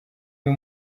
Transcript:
uyu